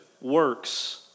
works